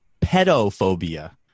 Pedophobia